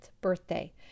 birthday